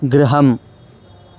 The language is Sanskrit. गृहम्